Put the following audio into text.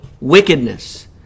wickedness